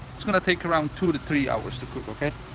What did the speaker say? it's gonna take around two to three hours to cook, okay?